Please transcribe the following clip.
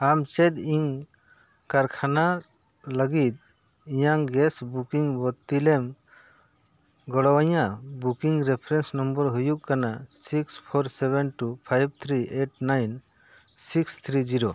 ᱟᱢ ᱪᱮᱫ ᱤᱧ ᱠᱟᱨᱠᱷᱟᱱᱟ ᱞᱟᱹᱜᱤᱫ ᱤᱧᱟᱹᱜ ᱜᱮᱥ ᱵᱟᱹᱛᱤᱞᱮᱢ ᱜᱚᱲᱚ ᱟᱹᱧᱟ ᱵᱩᱠᱤᱝ ᱨᱮᱯᱷᱨᱮᱱᱥ ᱱᱚᱢᱵᱚᱨ ᱦᱩᱭᱩᱜ ᱠᱟᱱᱟ six four seven two five three eight nine six three zero